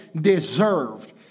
deserved